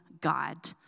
God